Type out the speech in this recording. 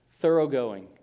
thoroughgoing